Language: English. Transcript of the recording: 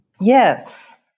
Yes